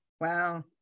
Wow